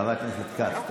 חבר הכנסת כץ,